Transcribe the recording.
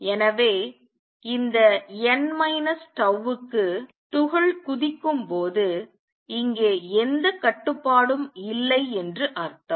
எனவே இந்த n minus tau இக்கு துகள் குதிக்கும் போது இங்கே எந்த கட்டுப்பாடும் இல்லை என்று அர்த்தம்